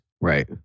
right